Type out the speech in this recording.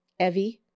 Evie